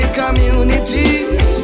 communities